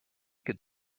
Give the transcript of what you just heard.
could